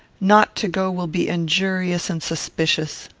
not to go will be injurious and suspicious.